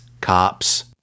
cops